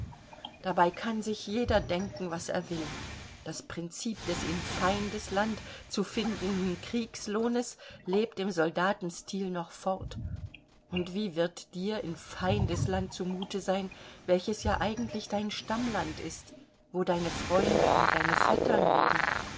dabei kann sich jeder denken was er will das prinzip des in feindesland zu findenden kriegslohnes lebt im soldatenstil noch fort und wie wird dir in feindesland zu mute sein welches ja eigentlich dein stammland ist wo deine freunde und deine vettern leben